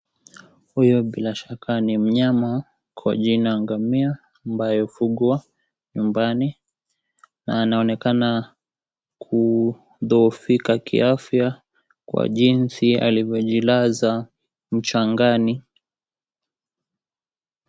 Huyu bila shaka ni mnyama kwa jina ngamia ambaye hufugwa nyumbani, na anaonekana kudhohofika kiafya kwa jinsi alivyojilaza mchangani.